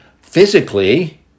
physically